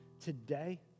today